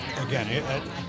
again